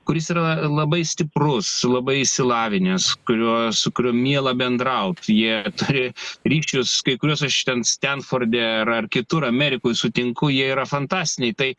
kuris yra labai stiprus labai išsilavinęs kurio su kuriuo miela bendraut jie turi ryšius kai kuriuos aš ten stenforde ar ar kitur amerikoj sutinku jie yra fantastiniai tai